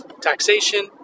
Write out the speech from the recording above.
taxation